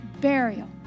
burial